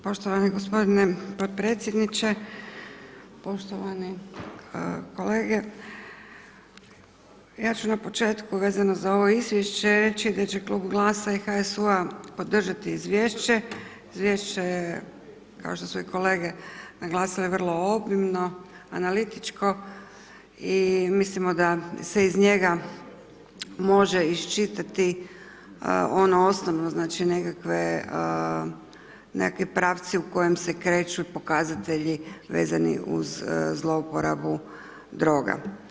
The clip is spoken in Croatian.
Poštovani gospodine podpredsjedniče, poštovani kolege ja ću na početku vezano za ovo izvješće reći da će Klub GLAS-a i HSU-a podržati izvješće, izvješće je kao što su i kolege naglasile vrlo obimno, analitičko i mislimo da se iz njega može iščitati ono osnovno znači nekakve, nekakvi pravci u kojim se kreću pokazatelji vezani uz zlouporabu droga.